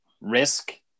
risk